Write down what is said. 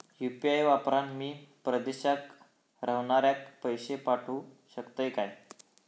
UPI वापरान मी परदेशाक रव्हनाऱ्याक पैशे पाठवु शकतय काय?